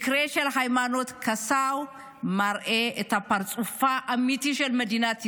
המקרה שלך היימנוט קסאו מראה את פרצופה האמיתי של מדינת ישראל,